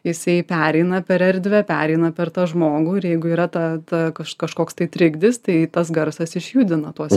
jisai pereina per erdvę pereina per tą žmogų ir jeigu yra ta ta kaž kažkoks tai trigdis tai tas garsas išjudina tuos